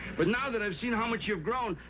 but now that i've seen how much you've grown,